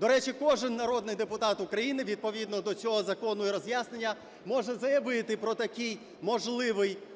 До речі, кожен народний депутат України відповідно до цього закону і роз'яснення може заявити про такий можливий конфлікт